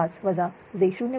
005 j 0